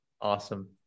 Awesome